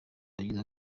abagize